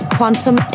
Quantum